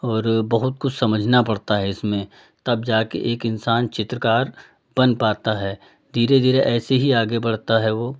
और बहुत कुछ समझना पड़ता है इसमें तब जाके एक इंसान चित्रकार बन पाता है धीरे धीरे ऐसे ही आगे बढ़ता है वो